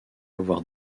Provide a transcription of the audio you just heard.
avoir